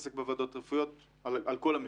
שמתעסק בוועדות הרפואיות על כל המכלול.